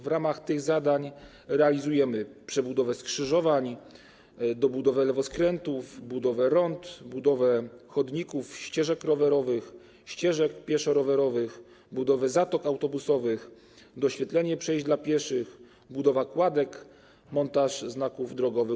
W ramach tych zadań realizujemy przebudowę skrzyżowań, dobudowę lewoskrętów, budowę rond, budowę chodników, ścieżek rowerowych, ścieżek pieszo-rowerowych, budowę zatok autobusowych, doświetlenie przejść dla pieszych, budowę kładek, montaż znaków drogowych.